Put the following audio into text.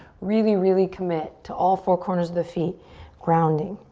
really, really commit to all four corners of the feet grounding.